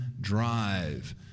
drive